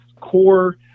core